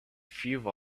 few